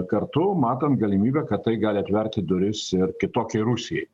kartu matant galimybę kad tai gali atverti duris ir kitokiai rusijai